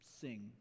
sing